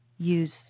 use